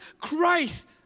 Christ